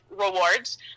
Rewards